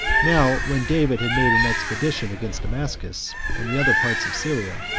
now when david had made an expedition against damascus, and the other parts of syria,